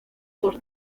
por